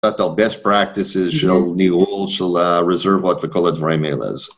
את ה-best practices של ניהול של רזורבות וכל הדברים האלה.